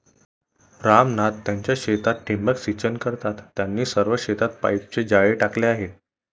राम नाथ त्यांच्या शेतात ठिबक सिंचन करतात, त्यांनी सर्व शेतात पाईपचे जाळे टाकले आहे